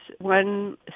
one